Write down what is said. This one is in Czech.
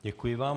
Děkuji vám.